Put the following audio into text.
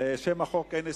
לשם החוק אין הסתייגויות.